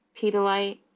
pedalite